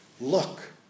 look